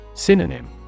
Synonym